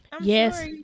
Yes